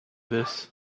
this